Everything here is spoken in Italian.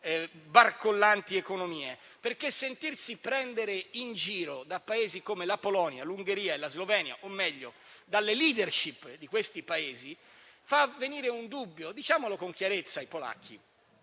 barcollanti economie. Sentirsi infatti prendere in giro da Paesi come la Polonia, l'Ungheria e la Slovenia, o meglio dalle *leadership* di questi Paesi, fa venire un dubbio. Diciamolo con chiarezza ai polacchi: